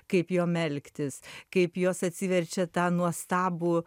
kaip jom elgtis kaip jos atsiverčia tą nuostabų